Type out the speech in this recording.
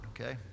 Okay